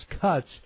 cuts